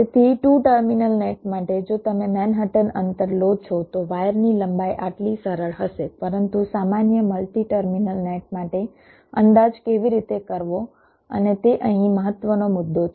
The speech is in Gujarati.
તેથી 2 ટર્મિનલ નેટ માટે જો તમે મેનહટન અંતર લો છો તો વાયરની લંબાઈ આટલી સરળ હશે પરંતુ સામાન્ય મલ્ટી ટર્મિનલ નેટ માટે અંદાજ કેવી રીતે કરવો અને તે અહીં મહત્વનો મુદ્દો છે